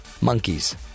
monkeys